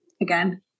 again